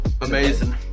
amazing